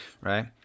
right